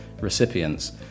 recipients